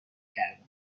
کردن